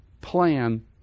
plan